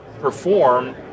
perform